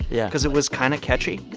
yeah. because it was kind of catchy,